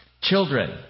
Children